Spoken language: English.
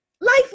Life